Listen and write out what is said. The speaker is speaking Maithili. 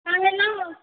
हँ हेलो